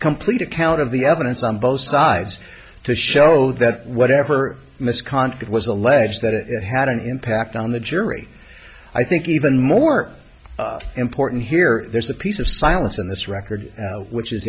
complete account of the evidence on both sides to show that whatever misconduct it was alleged that it had an impact on the jury i think even more important here there's a piece of silence on this record which is